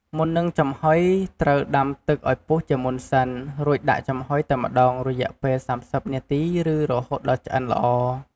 មុននឹងចំហុយត្រូវដាំទឹកឱ្យពុះជាមុនសិន រួចដាក់ចំហុយតែម្ដងរយៈពេល៣០នាទីឬរហូតដល់ឆ្អិនល្អ។